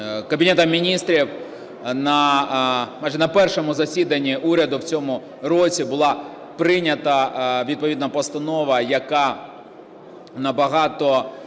Кабінетом Міністрів, майже на першому засіданні уряду в цьому році, була прийнята відповідна постанова, яка набагато